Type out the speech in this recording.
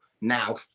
now